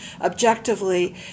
objectively